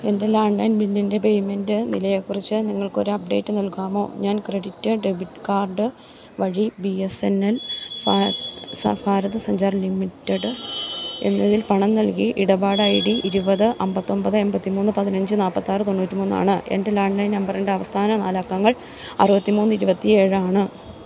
എൻ്റെ ലാൻഡ്ലൈൻ ബില്ലിൻ്റെ പേയ്മെൻ്റ് നിലയെക്കുറിച്ച് നിങ്ങൾക്കൊരു അപ്ഡേറ്റ് നൽകാമോ ഞാൻ ക്രെഡിറ്റ് ഡെബിറ്റ് കാർഡ് വഴി B S N L Bharat Sanchar limited എന്നതിൽ പണം നൽകി ഇടപാട് ഐ ഡി ഇരുപത് അമ്പത്തൊമ്പത് എമ്പത്തിമൂന്ന് പതിനഞ്ച് നാല്പത്താറ് തൊണ്ണൂറ്റിമൂന്നാണ് എൻ്റെ ലാൻഡ്ലൈൻ നമ്പറിൻ്റെ അവസാന നാലക്കങ്ങൾ അറുപത്തി മൂന്ന് ഇരുപത്തി ഏഴാണ്